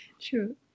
true